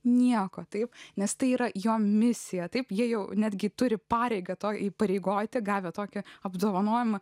nieko taip nes tai yra jo misija taip jie jau netgi turi pareigą to įpareigoti gavę tokį apdovanojimą